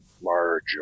large